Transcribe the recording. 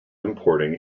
importing